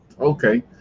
okay